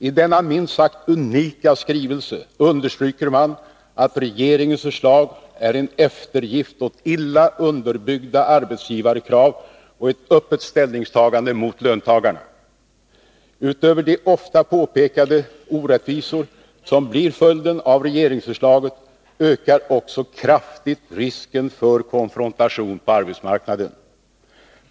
I denna minst sagt unika skrivelse understryker man att regeringens förslag är en eftergift åt illa underbyggda arbetsgivarkrav och ett öppet stäilningstagande mot löntagarna. Utöver de ofta påpekade orättvisor som blir följden av regeringsförslaget ökar också kraftigt risken för konfrontation på arbetsmarknaden.